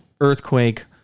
earthquake